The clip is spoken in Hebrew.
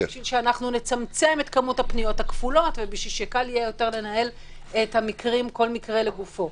כך נצמצם את כמות הקניות הכפולות וקל יהיה יותר לנהל כל מקרה לגופו.